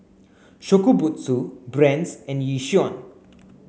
Shokubutsu Brand's and Yishion